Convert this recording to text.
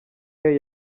hey